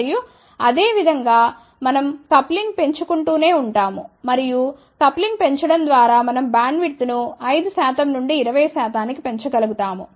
మరియు అదేవిధంగా మనం కప్ లింగ్ పెంచుకుంటూనే ఉంటాము మరియు కప్ లింగ్ పెంచడం ద్వారా మనం బ్యాండ్విడ్త్ను 5 శాతం నుండి 20 శాతానికి పెంచగలుగుతాము